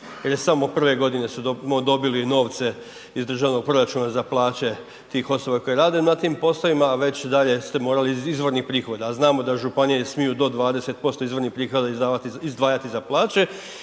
je samo prve godine smo dobili novce iz državnog proračuna za plaće tih osoba koje rade na tim poslovima, a već dalje ste morali iz izvornih prihoda, a znamo da županije smiju do 20% izvornih prihoda izdvajati za plaće